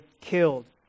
killed